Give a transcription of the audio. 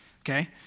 okay